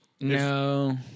No